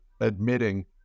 admitting